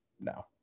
No